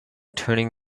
turning